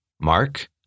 Mark